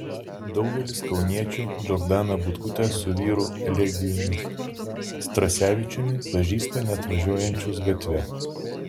daugelis kauniečių džordaną butkutę su vyru elegijumi strasevičiumi pažįsta net važiuojančius gatve